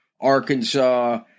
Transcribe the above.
Arkansas